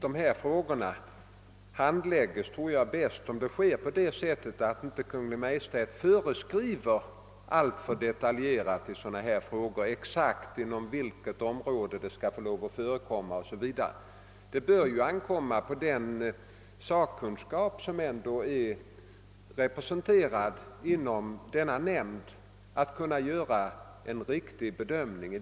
Dessa frågor handläggs bäst om Kungl. Maj:t inte ger alltför detaljerade föreskrifter om inom vilka områden systemet skall tillämpas. Det bör ankomma på den sakkunskap som är representerad inom denna nämnd att göra en riktig bedömning.